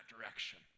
direction